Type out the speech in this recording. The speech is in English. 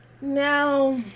Now